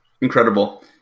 Incredible